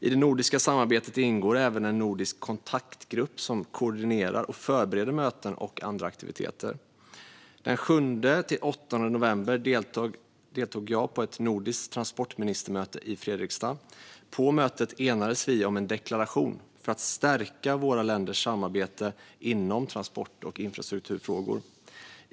I det nordiska samarbetet ingår även en nordisk kontaktgrupp som koordinerar och förbereder möten och andra aktiviteter. Den 7-8 november deltog jag i ett nordiskt transportministermöte i Fredrikstad. På mötet enades vi om en deklaration för att stärka våra länders samarbete inom transport och infrastrukturfrågor.